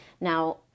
now